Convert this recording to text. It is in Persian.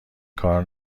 کار